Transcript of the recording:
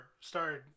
started